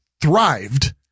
thrived